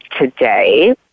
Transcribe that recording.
today